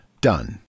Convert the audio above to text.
Done